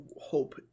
hope